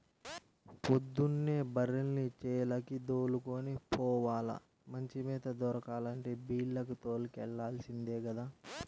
పొద్దున్నే బర్రెల్ని చేలకి దోలుకొని పోవాల, మంచి మేత దొరకాలంటే బీల్లకు తోలుకెల్లాల్సిందే గదా